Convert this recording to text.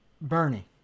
Bernie